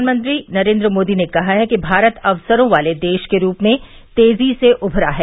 प्रधानमंत्री नरेन्द्र मोदी ने कहा है कि भारत अवसरों वाले देश के रूप में तेजी से उभरा है